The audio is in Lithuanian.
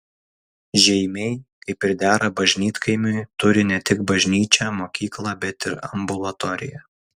žeimiai kaip ir dera bažnytkaimiui turi ne tik bažnyčią mokyklą bet ir ambulatoriją